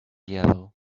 yellow